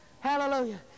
Hallelujah